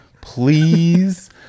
Please